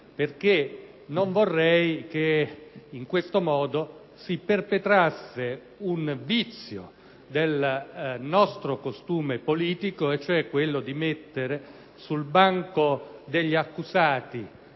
vorrei infatti che in questo modo si perpetrasse un vizio del nostro costume politico, quello cioè di mettere sul banco degli accusati